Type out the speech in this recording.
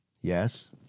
Yes